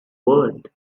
world